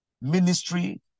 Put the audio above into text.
ministry